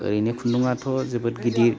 ओरैनो खुन्दुङाथ' जोबोद गिदिर